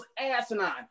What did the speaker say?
asinine